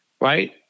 right